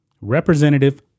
representative